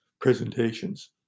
presentations